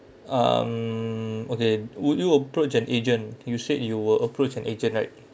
um okay would you approach an agent you said you will approach an agent right